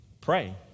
Pray